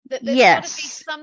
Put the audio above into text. Yes